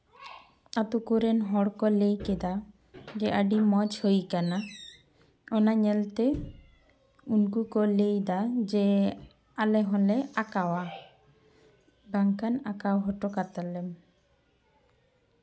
ᱟᱛᱩ ᱠᱚᱨᱮᱱ ᱦᱚᱲ ᱠᱚ ᱞᱟᱹᱭ ᱠᱮᱫᱟ ᱡᱮ ᱟᱹᱰᱤ ᱢᱚᱡᱽ ᱦᱩᱭ ᱟᱠᱟᱱᱟ ᱚᱱᱟ ᱧᱮᱞᱛᱮ ᱩᱱᱠᱩ ᱠᱚ ᱞᱟᱹᱭᱫᱟ ᱡᱮ ᱟᱞᱮ ᱦᱚᱸᱞᱮ ᱟᱸᱠᱟᱣᱟ ᱵᱟᱝᱠᱷᱟᱱ ᱟᱸᱠᱟᱣ ᱦᱚᱴᱚ ᱠᱟᱛᱟᱞᱮᱢ